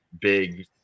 big